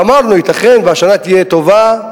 ואמרנו: ייתכן שהשנה תהיה טובה,